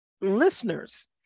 listeners